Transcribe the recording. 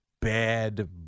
bad